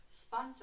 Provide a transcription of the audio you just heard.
Sponsor